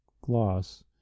Gloss